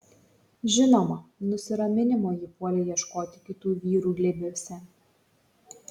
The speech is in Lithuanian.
žinoma nusiraminimo ji puolė ieškoti kitų vyrų glėbiuose